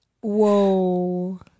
Whoa